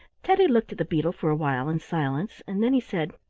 teddy looked at the beetle for a while in silence, and then he said,